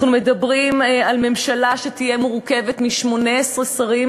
אנחנו מדברים על ממשלה שתהיה מורכבת מ-18 שרים